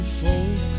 folk